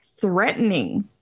threatening